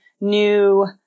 new